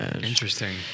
Interesting